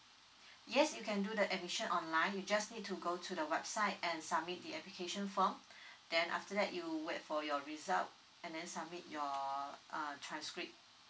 yes you can do the admission online you just need to go to the website and submit the application form then after that you wait for your result and then submit your uh transcript